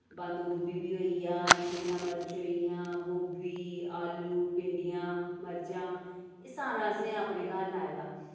बंद गोभी बी होई गेआ शिमला मर्च होई गेइआं गोभी आलू भिंडियां मर्चां एह् सारा असें अपने घर लाए दा